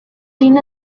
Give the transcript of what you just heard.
seen